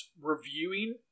reviewing